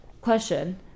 question